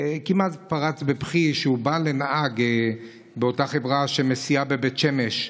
כמעט פרץ בבכי כשהוא בא לנהג באותה חברה שמסיעה בבית שמש,